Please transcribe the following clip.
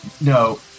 No